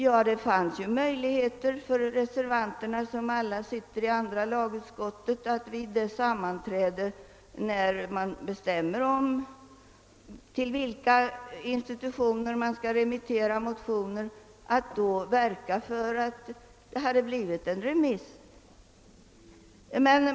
Ja, det fanns ju möjligheter för reservanterna, som alla sitter i andra lagutskottet, att vid det sammanträde då man bestämmer till vilka instanser motioner skall remitteras verka för att det hade blivit en remiss till lärarorganisationerna.